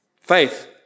Faith